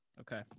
okay